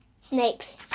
Snakes